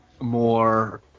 more